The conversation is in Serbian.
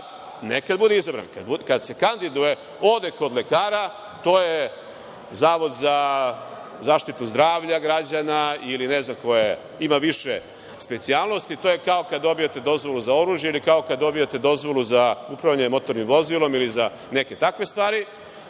ne kada bude izabran, kad se kandiduje ode kod lekara, to je Zavod za zaštitu zdravlja građana ili ne znam koje, ima više specijalnosti, to je kao kada dobijete dozvolu za oružje ili kao kada dobijete dozvolu za upravljanje motornim vozilom ili za neke takve stvari